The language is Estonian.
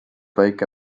väike